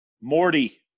Morty